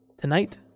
tonight